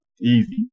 easy